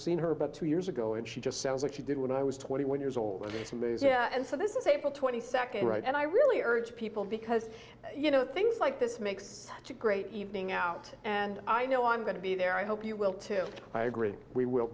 seen her about two years ago and she just sounds like she did when i was twenty one years old and these moves yeah and so this is april twenty second right and i really urge people because you know things like this makes such a great evening out and i know i'm going to be there i hope you will too i agree we will